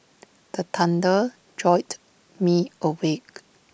the thunder jolt me awake